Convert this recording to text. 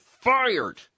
fired